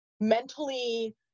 mentally